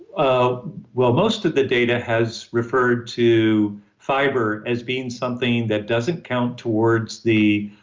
ah well, most of the data has referred to fiber as being something that doesn't count towards the